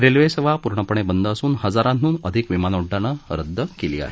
रेल्वेसेवा पूर्णपणे बंद असून हजाराहून अधिक विमानोड्डाणं रद्द केली आहेत